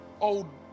old